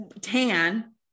tan